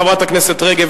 חברת הכנסת רגב,